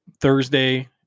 Thursday